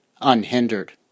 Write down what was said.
unhindered